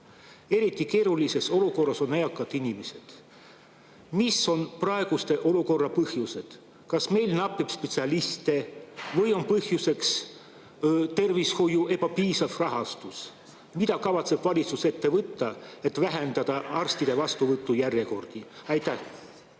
Eriti keerulises olukorras on eakad inimesed. Mis on praeguse olukorra põhjused? Kas meil napib spetsialiste või on põhjuseks tervishoiu ebapiisav rahastus? Mida kavatseb valitsus ette võtta, et lühendada arstide vastuvõtu järjekordi? Aitäh,